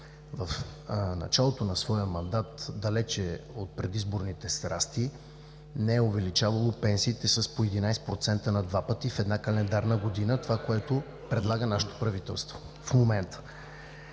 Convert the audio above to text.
в началото на своя мандат, далече от предизборните страсти, не е увеличавало пенсиите с по 11% на два пъти в една календарна година – това, което предлага нашето правителство в момента.